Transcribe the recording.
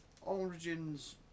Origins